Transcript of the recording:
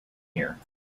here